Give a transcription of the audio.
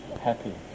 happy